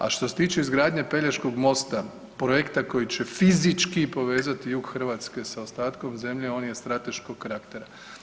A što se tiče izgradnje Pelješkog mosta, projekta koji će fizički povezati jug Hrvatske sa ostatkom zemlje on je strateškog karaktera.